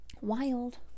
Wild